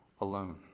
alone